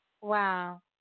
Wow